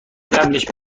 قبلش